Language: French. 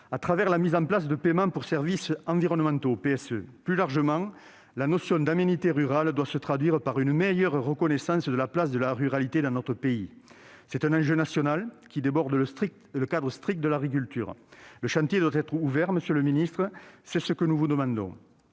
à travers la mise en place de paiements pour services environnementaux, ou PSE. Plus largement, la notion d'aménités rurales doit se traduire par une meilleure reconnaissance de la place de la ruralité dans notre pays. C'est un enjeu national, qui déborde le strict cadre de l'agriculture. Monsieur le ministre, nous vous demandons